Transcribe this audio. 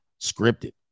scripted